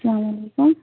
اَسلامُ عَلیکُم